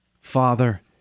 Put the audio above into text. Father